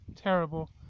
terrible